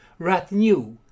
Rathnew